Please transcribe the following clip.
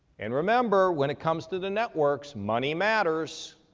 and remember when it comes to the networks money matters.